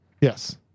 Yes